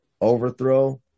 Overthrow